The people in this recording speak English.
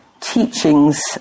teachings